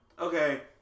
okay